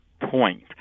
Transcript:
point